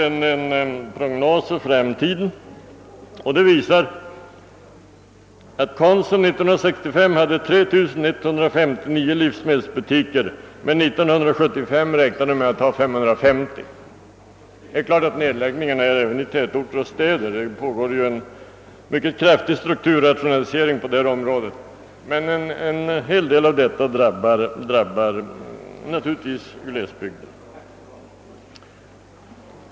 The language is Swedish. En prognos för framtiden som gjorts upp visar att Konsum år 1965 hade 3159 livsmedelsbutiker, medan antalet år 1975 beräknas vara 550. Det är klart att butiksnedläggning äger rum även i tätorter och städer; det pågår ju en mycket kraftig strukturrationalisering på detta område. Men en stor del av nedläggelserna drabbar just glesbygden.